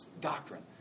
Doctrine